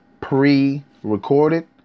pre-recorded